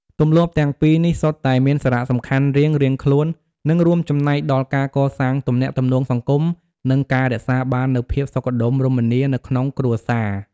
ទម្លាប់ទាំងពីរនេះសុទ្ធតែមានសារៈសំខាន់រៀងៗខ្លួន និងរួមចំណែកដល់ការកសាងទំនាក់ទំនងសង្គម និងការរក្សាបាននូវភាពសុខដុមរមនានៅក្នុងគ្រួសារ។